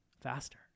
faster